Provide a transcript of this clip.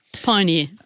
pioneer